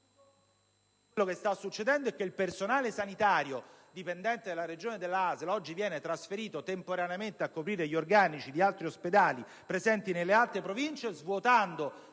Però sta succedendo che il personale sanitario, dipendente dalla Regione e dalla ASL, oggi viene trasferito temporaneamente a coprire gli organici di ospedali presenti nelle altre Province, svuotando